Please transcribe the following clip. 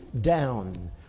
down